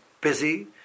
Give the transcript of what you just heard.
busy